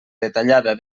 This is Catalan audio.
detallada